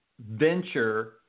venture